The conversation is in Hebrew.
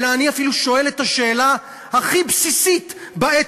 אלא אני אפילו שואל את השאלה הכי בסיסית בעת